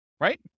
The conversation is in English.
Right